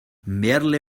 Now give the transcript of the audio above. merle